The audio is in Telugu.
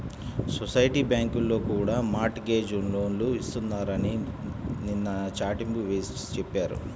సొసైటీ బ్యాంకుల్లో కూడా మార్ట్ గేజ్ లోన్లు ఇస్తున్నారని నిన్న చాటింపు వేసి చెప్పారు